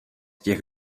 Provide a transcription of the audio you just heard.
těch